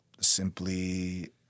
simply